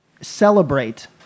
celebrate